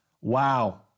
Wow